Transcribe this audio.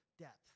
depth